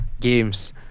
Games